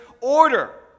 order